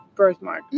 Birthmark